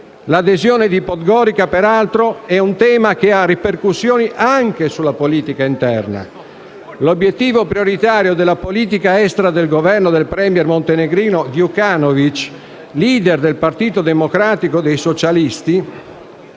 L'adesione di Podgorica, peraltro, è un tema che ha ripercussioni anche sulla politica interna: l'obiettivo prioritario della politica estera del Governo del *premier* montenegrino Djukanovic, *leader* del Partito democratico dei socialisti